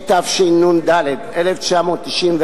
התשנ"ד 1994,